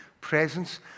presence